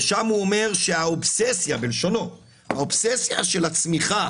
שם הוא אומר שהאובססיה בלשונו: האובססיה של הצמיחה